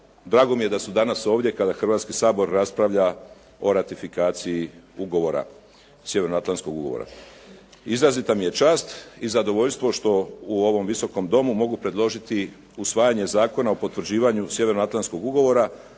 Drago mi je da su danas ovdje kada Hrvatski sabor raspravlja o ratifikaciji ugovora, Sjevernoatlantskog ugovora. Izrazita mi je čast i zadovoljstvo što u ovom Visokom domu mogu predložiti usvajanje Zakona o potvrđivanju Sjevernoatlantskog ugovora,